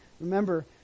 Remember